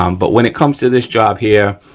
um but when it comes to this job here,